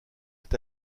est